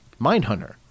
Mindhunter